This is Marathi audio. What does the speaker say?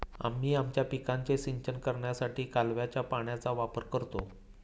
आम्ही आमच्या पिकांचे सिंचन करण्यासाठी कालव्याच्या पाण्याचा वापर करतो